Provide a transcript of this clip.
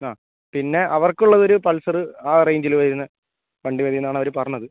ആ പിന്നെ അവർക്കുള്ളതൊരു പൾസർ ആ റേഞ്ചിൽ വരുന്ന വണ്ടി മതിയെന്നാണ് അവർ പറഞ്ഞത്